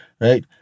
right